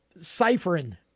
ciphering